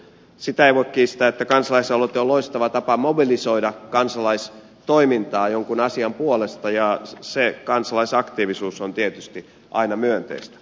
sitä ei voi kiistää että kansalaisaloite on loistava tapa mobilisoida kansalaistoimintaa jonkun asian puolesta ja se kansalaisaktiivisuus on tietysti aina myönteistä